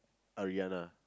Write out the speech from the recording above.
Ariana